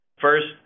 first